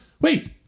wait